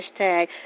hashtag